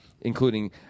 Including